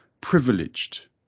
privileged